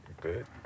Good